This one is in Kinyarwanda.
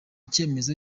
cyemezo